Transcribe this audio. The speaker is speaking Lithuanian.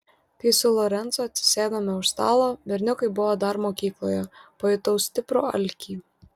kai su lorencu atsisėdome už stalo berniukai buvo dar mokykloje pajutau stiprų alkį